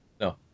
No